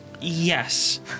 Yes